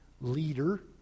leader